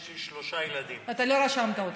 יש לי שלושה ילדים, אתה לא רשמת אותם.